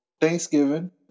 Thanksgiving